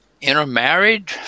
intermarried